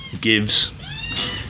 gives